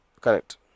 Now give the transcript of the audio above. Correct